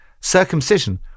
Circumcision